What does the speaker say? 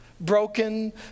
broken